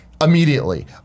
Immediately